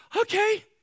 Okay